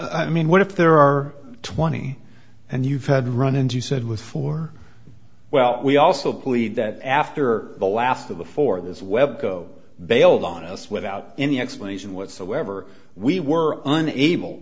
i mean what if there are twenty and you've had run ins you said with four well we also plead that after the last of the four of those web go bailed on us without any explanation whatsoever we were unable